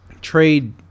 Trade